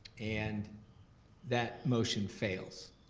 and that motion fails.